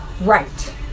Right